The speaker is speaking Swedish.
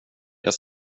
jag